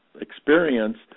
experience